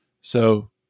So-